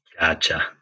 Gotcha